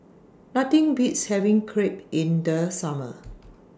Nothing Beats having Crepe in The Summer